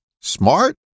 Smart